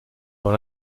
dans